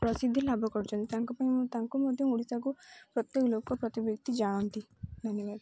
ପ୍ରସିଦ୍ଧି ଲାଭ କରୁଛନ୍ତି ତାଙ୍କ ପାଇଁ ତାଙ୍କୁ ମଧ୍ୟ ଓଡ଼ିଶାକୁ ପ୍ରତ୍ୟେକ ଲୋକ ପ୍ରତି ଭକ୍ତି ଜାଣନ୍ତି ଧନ୍ୟବାଦ